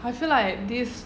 I feel like this